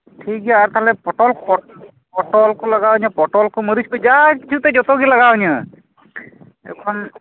ᱴᱷᱤᱠ ᱜᱮᱭᱟ ᱟᱨ ᱛᱟᱦᱞᱮ ᱯᱚᱴᱚᱞ ᱯᱚᱴᱚᱞ ᱠᱚ ᱞᱟᱜᱟᱣᱤᱧᱟᱹ ᱯᱚᱴᱚᱞ ᱠᱚ ᱢᱟᱹᱨᱤᱪ ᱠᱚ ᱡᱟ ᱠᱤᱪᱷᱩᱛᱮ ᱡᱚᱛᱚᱜᱮ ᱞᱟᱜᱟᱣᱤᱧᱟᱹ ᱮᱠᱷᱚᱱ